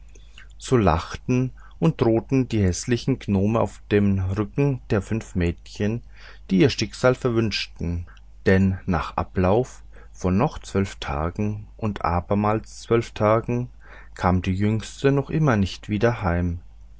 so lachten und drohten die häßlichen gnomen auf den rücken der fünf mädchen die ihr schicksal verwünschten denn nach ablauf von noch zwölf tagen und abermals zwölf tagen kam die jüngste noch immer nicht wieder heim